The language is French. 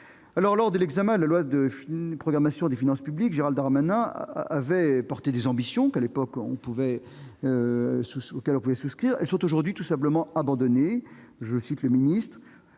! Lors de l'examen de la loi de programmation des finances publiques, Gérald Darmanin avait affirmé des ambitions auxquelles nous pouvions souscrire. Elles sont aujourd'hui abandonnées. Le ministre